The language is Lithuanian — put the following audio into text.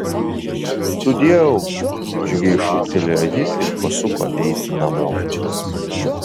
sudieu džiugiai šūktelėjo ji ir pasuko eiti namo